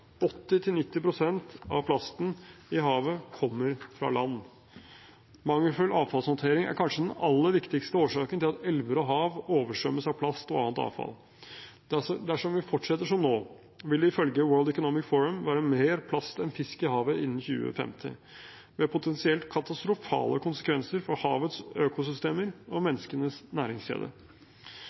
av plasten i havet kommer fra land. Mangelfull avfallshåndtering er kanskje den aller viktigste årsaken til at elver og hav oversvømmes av plast og annet avfall. Dersom vi fortsetter som nå, vil det ifølge World Economic Forum være mer plast enn fisk i havet innen 2050, med potensielt katastrofale konsekvenser for havets økosystemer og menneskenes næringskjede.